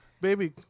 Baby